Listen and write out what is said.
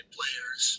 players